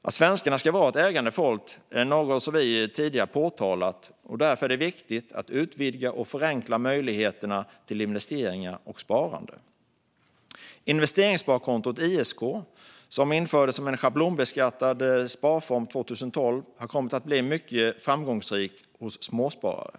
Att svenskarna ska vara ett ägande folk är något som vi tidigare har pekat på, och därför är det viktigt att utvidga och förenkla möjligheterna till investeringar och sparande. Investeringssparkontot, ISK, som infördes som en schablonbeskattad sparform 2012, har kommit att bli mycket framgångsrikt hos småsparare.